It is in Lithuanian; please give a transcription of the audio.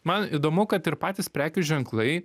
man įdomu kad ir patys prekių ženklai